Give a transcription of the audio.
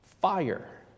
fire